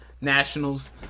nationals